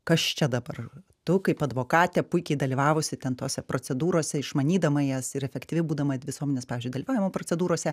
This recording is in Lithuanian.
kas čia dabar tu kaip advokatė puikiai dalyvavusi ten tose procedūrose išmanydama jas ir efektyvi būdama visuomenės pavyzdžiui dalyvavimo procedūrose